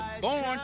born